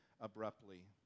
abruptly